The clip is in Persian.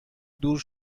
دور